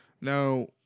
now